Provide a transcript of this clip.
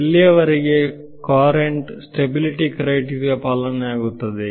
ಎಲ್ಲಿಯವರೆಗೆ current stability criteria ಪಾಲನೆ ಆಗುತ್ತದೆ